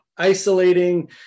isolating